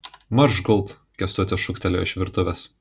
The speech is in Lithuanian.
marš gult kęstutis šūktelėjo iš virtuvės